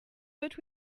but